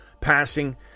passing